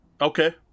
Okay